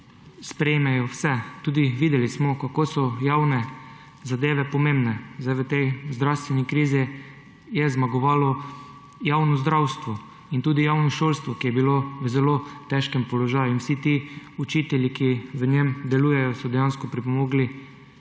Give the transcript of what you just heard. sprejmejo vse, tudi videli smo, kako so javne zadeve pomembne. V tej zdravstveni krizi je zmagovalo javno zdravstvo in tudi javno šolstvo, ki je bilo v zelo težkem položaju. Vsi ti učitelji, ki v njem delujejo, so dejansko pripomogli,